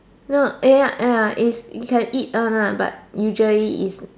no ya ya is you can eat one ah but usually is